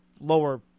lower –